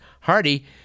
Hardy